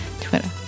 Twitter